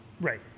Right